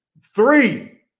three